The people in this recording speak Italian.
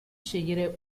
scegliere